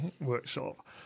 workshop